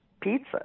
pizza